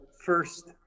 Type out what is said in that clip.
first